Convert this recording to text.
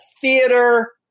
theater